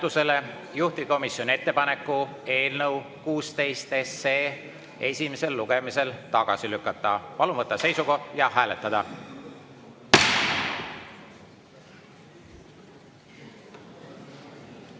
juhtivkomisjoni ettepaneku eelnõu 16 esimesel lugemisel tagasi lükata. Palun võtta seisukoht ja hääletada!